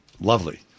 Lovely